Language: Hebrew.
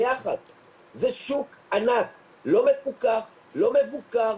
זה שוק ענק, לא מפוקח, לא מבוקר.